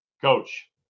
coach